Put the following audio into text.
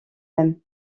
mêmes